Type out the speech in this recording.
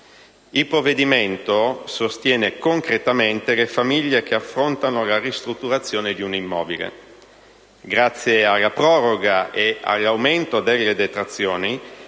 Il provvedimento sostiene concretamente le famiglie che affrontano la ristrutturazione di un immobile. Grazie alla proroga e all'aumento delle detrazioni